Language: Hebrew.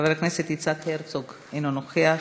חבר הכנסת עיסאווי פריג' אינו נוכח,